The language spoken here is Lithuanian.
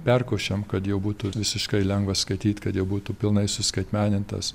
perkošiam kad jau būtų visiškai lengva skaityt kad būtų pilnai suskaitmenintas